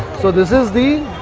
so, this is the.